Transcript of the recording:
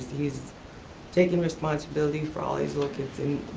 he's taking responsibility for all these little kids, and